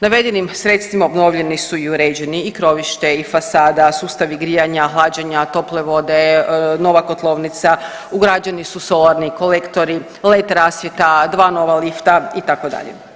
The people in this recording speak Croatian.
Navedenim sredstvima obnovljeni su i uređeni i krovište i fasada, sustavi grijanja, hlađenja tople vode, nova kotlovnica, ugrađeni su solarni kolektori, led rasvjeta, dva nova lifta itd.